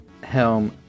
helm